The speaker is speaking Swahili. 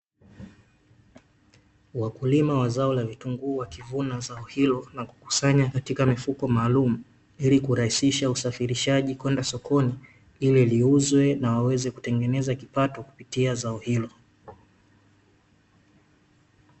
Wakulima wa zao la vitunguu, wakivuna zao hilo na kukusanya katika mifuko maalumu, ili kurahisisha usafirishaji kwenda sokoni, ili liuzwe na waweze kutengeneza kipato kupitia zao hilo.